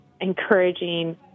encouraging